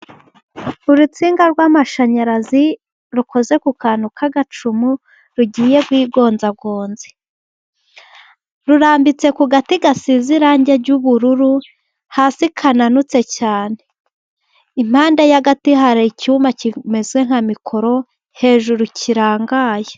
Urutsinga rw'amashanyarazi rukoze ku kantu k'agacumu rugiye rugonzagonze, rurambitse ku gati gasize irangi ry'ubururu hasi kananutse cyane. Impande y'agati hari icyuma kimeze nka mikoro hejuru kirangaye.